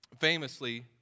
famously